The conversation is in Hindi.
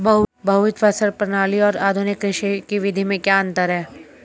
बहुविध फसल प्रणाली और आधुनिक कृषि की विधि में क्या अंतर है?